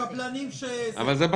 הקבלנים --- אבל זה לא הסיפור.